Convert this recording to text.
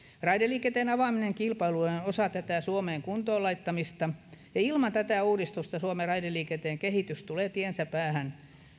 raideliikenteen avaaminen kilpailulle on osa tätä suomen kuntoon laittamista ja ilman tätä uudistusta suomen raideliikenteen kehitys tulee tiensä päähän